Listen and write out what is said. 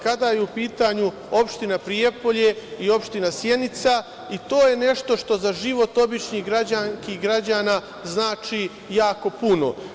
Kada je u pitanju opština Prijepolje i opština Sjenica i to je nešto što za život običnih građanki i građana znači puno.